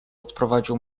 odprowadził